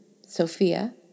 Sophia